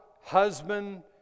husband